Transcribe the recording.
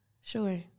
sure